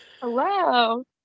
hello